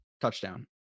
touchdown